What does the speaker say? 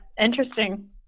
Interesting